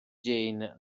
jane